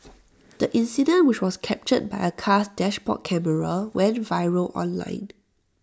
the incident which was captured by A car's dashboard camera went viral online